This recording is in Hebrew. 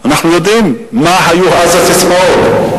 אנחנו יודעים מה היו אז הססמאות.